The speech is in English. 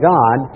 God